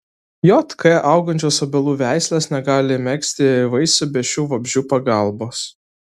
jk augančios obelų veislės negali megzti vaisių be šių vabzdžių pagalbos